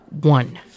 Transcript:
one